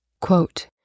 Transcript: Quote